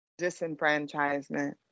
disenfranchisement